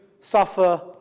suffer